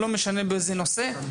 לא משנה באיזה נושא.